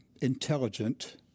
intelligent